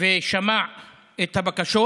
ושמע את הבקשות